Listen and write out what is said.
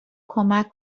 کمک